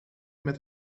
met